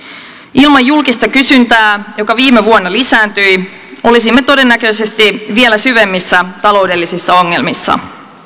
ilman julkista kysyntää joka viime vuonna lisääntyi olisimme todennäköisesti vielä syvemmissä taloudellisissa ongelmissa